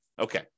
Okay